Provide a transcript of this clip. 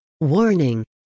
Warning